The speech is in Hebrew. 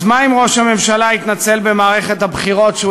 אז מה אם ראש הממשלה התנצל במערכת הבחירות שהוא